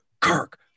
Kirk